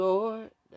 Lord